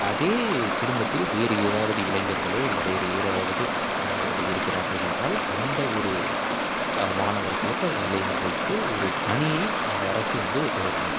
அதே குடும்பத்தில் வேறு யாராவது இளைஞர்களோ இல்லை வேறு யாராவது மாணவர்கள் இருக்கிறார்கள் என்றால் அந்த ஒரு மாணவர்களுக்கோ அல்லது இளைஞர்களுக்கோ ஒரு பணியை அந்த அரசு வந்து தருதுங்க